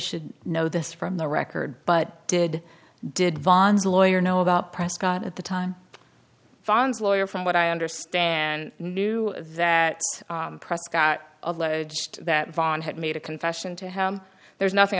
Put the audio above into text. should know this from the record but did did vons lawyer know about prescott at the time fons lawyer from what i understand knew that prescott alleged that vaughn had made a confession to him there's nothing